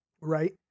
Right